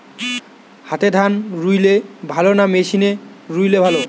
হাতে ধান রুইলে ভালো না মেশিনে রুইলে ভালো?